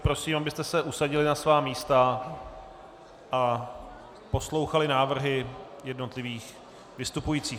Prosím, abyste se usadili na svá místa a poslouchali návrhy jednotlivých vystupujících.